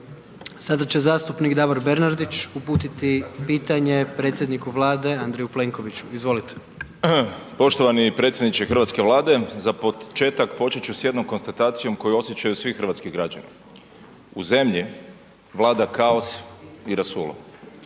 Sada će zastupnik Davor Bernardić uputiti pitanje predsjedniku Vlade Andreju Plenkoviću. Izvolite. **Bernardić, Davor (SDP)** Poštovani predsjedniče Hrvatske vlade za početak počet ću s jednom konstatacijom koju osjećaju svi hrvatski građani. U zemlji vlada kaos i rasulo,